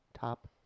Top